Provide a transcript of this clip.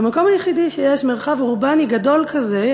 המקום היחידי שבו יש מרחב אורבני גדול כזה,